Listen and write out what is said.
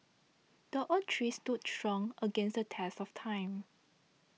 the oak tree stood strong against the test of time